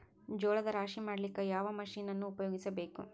ಜೋಳದ ರಾಶಿ ಮಾಡ್ಲಿಕ್ಕ ಯಾವ ಮಷೀನನ್ನು ಉಪಯೋಗಿಸಬೇಕು?